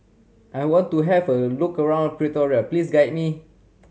I want to have a look around Pretoria please guide me